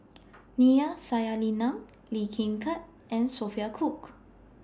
Neila Sathyalingam Lee Kin Tat and Sophia Cooke